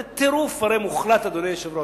זה טירוף מוחלט, אדוני היושב-ראש.